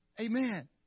Amen